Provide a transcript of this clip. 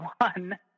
one